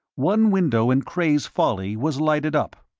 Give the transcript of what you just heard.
one window in cray's folly was lighted up.